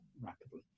rapidly